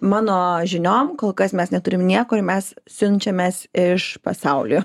mano žiniom kol kas mes neturim niekur ir mes siunčiamės iš pasaulio